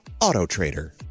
AutoTrader